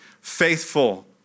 faithful